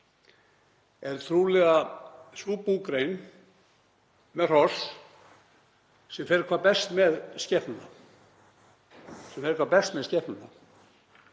ár trúlega verið sú búgrein með hross sem fer hvað best með skepnuna.